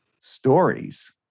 stories